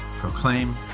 proclaim